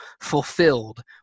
fulfilled